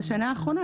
בשנה האחרונה,